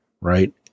Right